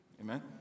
Amen